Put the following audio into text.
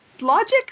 logic